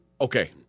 Okay